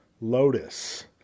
Lotus